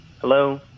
Hello